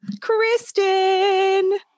Kristen